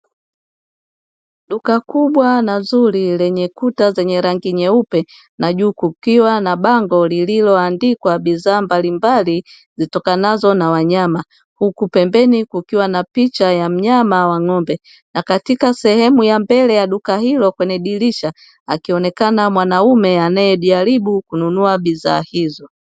Duka kubwa na zuri lenye kuta zenye rangi nyeupe na juu kukiwa na bango lililo andikwa bidhaa mbalimbali zitokanazo na wanyama, huku pembeni kukiwa na picha ya mnyama wa ng'ombe na katika sehemu ya mbele ya duka hilo kwenye dirisha akionekana mwanaume anayejaribu kununua bidhaa hizo.